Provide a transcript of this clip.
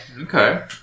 Okay